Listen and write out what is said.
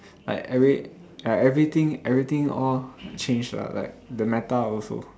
like every~ like everything everything all change lah like the meta also